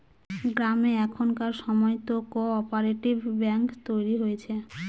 গ্রামে এখনকার সময়তো কো অপারেটিভ ব্যাঙ্ক তৈরী হয়েছে